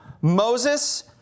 Moses